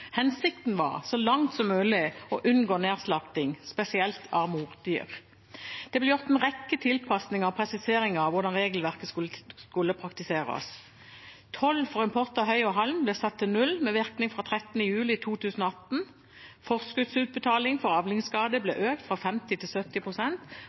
Hensikten var så langt som mulig å unngå nedslakting, spesielt av mordyr. Det ble gjort en rekke tilpasninger og presiseringer av hvordan regelverket skulle praktiseres: Toll for import av høy og halm ble satt til null med virkning fra 13. juli 2018. Forskuddsutbetaling for avlingsskade ble